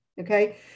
Okay